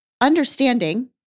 understanding